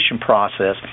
process